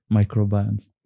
microbiome